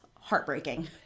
heartbreaking